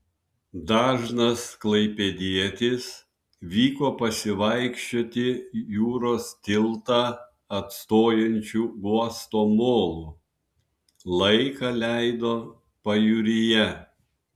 dažnas klaipėdietis vyko pasivaikščioti jūros tiltą atstojančiu uosto molu laiką leido pajūryje